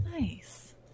Nice